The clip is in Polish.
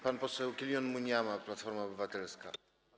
Pan poseł Killion Munyama, Platforma Obywatelska.